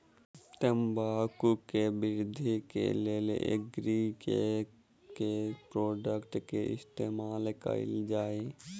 तम्बाकू केँ वृद्धि केँ लेल एग्री केँ के प्रोडक्ट केँ इस्तेमाल कैल जाय?